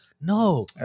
No